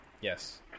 yes